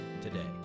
today